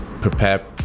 prepare